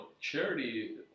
Charity